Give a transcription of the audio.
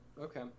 okay